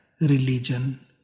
religion